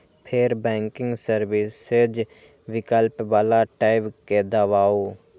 फेर banking services विकल्प बला टैब कें दबाउ